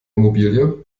immobilie